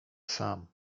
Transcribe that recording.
sam